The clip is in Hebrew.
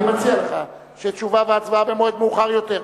אני מציע לך שתשובה והצבעה יהיו במועד מאוחר יותר.